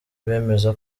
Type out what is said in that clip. bemeza